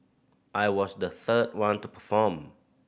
I was the third one to perform